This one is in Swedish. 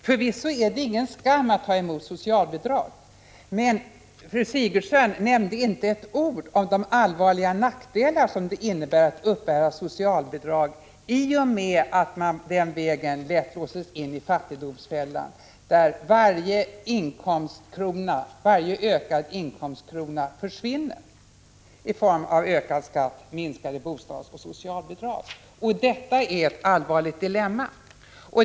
Förvisso är det ingen skam att ta emot socialbidrag, men fru Sigurdsen nämnde inte ett ord om de allvarliga nackdelar som det innebär att uppbära socialbidrag, i och med att man den vägen lätt låses in i fattigdomsfällan, där varje krona i ökad inkomst försvinner i form av ökad skatt och minskade bostadsoch socialbidrag. Detta är ett allvarligt dilemma.